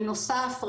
בנוסף,